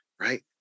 right